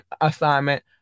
assignment